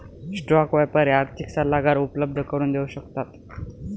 stock व्यापारी आर्थिक सल्लागार उपलब्ध करून देऊ शकतो